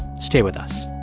stay with us